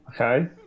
Okay